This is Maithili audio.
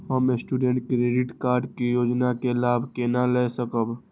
हम स्टूडेंट क्रेडिट कार्ड के योजना के लाभ केना लय सकब?